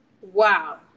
Wow